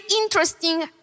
interesting